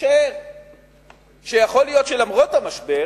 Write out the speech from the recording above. לשער שיכול להיות שלמרות המשבר